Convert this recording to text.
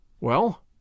Well